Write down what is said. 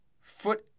Foot